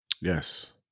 Yes